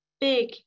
big